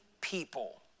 people